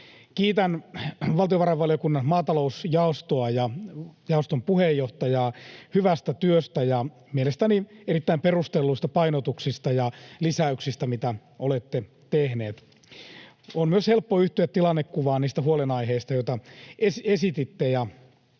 Kiitän valtiovarainvaliokunnan maatalousjaostoa ja jaoston puheenjohtajaa hyvästä työstä ja niistä mielestäni erittäin perustelluista painotuksista ja lisäyksistä, mitä olette tehneet. On myös helppo yhtyä tilannekuvaan niistä huolenaiheista, joita esititte,